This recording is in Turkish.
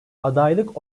adaylık